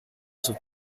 sus